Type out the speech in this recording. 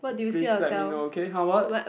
please let me know okay Howard